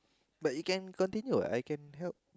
but it can continue I can help